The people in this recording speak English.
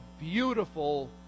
beautiful